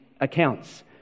accounts